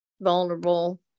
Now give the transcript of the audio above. vulnerable